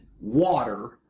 water